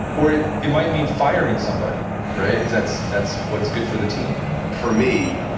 or it it might mean firing somebody. right? because that's that's what's good for the team for me,